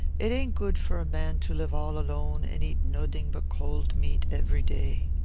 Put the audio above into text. it ain't good for a man to live all alone, and eat noding but cold meat every day.